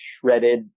shredded